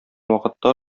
вакытта